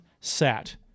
sat